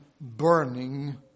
burning